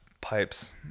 pipes